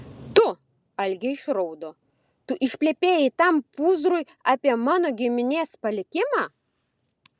tu algė išraudo tu išplepėjai tam pūzrui apie mano giminės palikimą